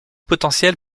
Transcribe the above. potentielle